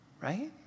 Right